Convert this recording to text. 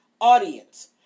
audience